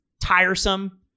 tiresome